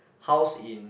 house in